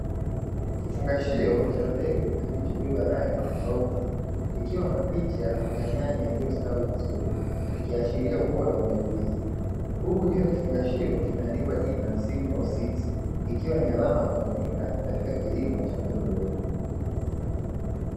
Kifungashio cha mbegu kilichobeba rangi ya tofauti, kikiwa na picha ya nyanya iliyostawi vizuri, ikiaashiria ubora wa mbegu hizo. Huku juu ya kifungashio kimeandikwa jina “simlaw seed,” ikiwa ni alama ya kuaminika katika kilimo cha mboga bora.